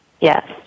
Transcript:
Yes